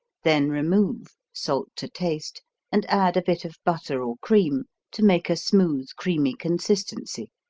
then remove, salt to taste and add a bit of butter or cream to make a smooth, creamy consistency,